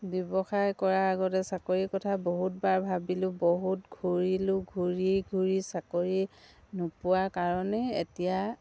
ব্যৱসায় কৰাৰ আগতে চাকৰিৰ কথা বহুতবাৰ ভাবিলোঁ বহুত ঘূৰিলোঁ ঘূৰি ঘূৰি চাকৰি নোপোৱা কাৰণেই এতিয়া